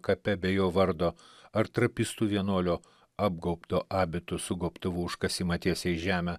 kape be jo vardo ar trapistų vienuolio apgaubto abitu su gobtuvu užkasimą tiesiai į žemę